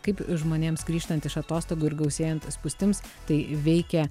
kaip žmonėms grįžtant iš atostogų ir gausėjant spūstims tai veikia